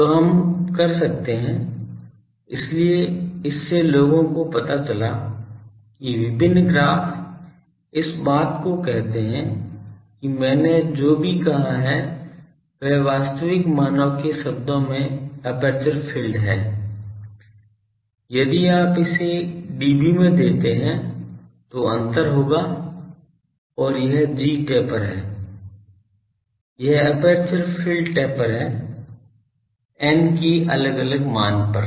तो हम कर सकते हैं इसलिए इस से लोगों को पता चला कि विभिन्न ग्राफ़ इस बात को कहते हैं कि मैंने जो भी कहा है वह वास्तविक मानों के शब्दों में एपर्चर फ़ील्ड है यदि आप इसे dB में देते हैं तो अंतर होगा और यह gtaper है यह एपर्चर फील्ड टेपर है n की अलग अलग मान पर